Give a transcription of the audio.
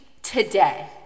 Today